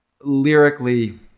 lyrically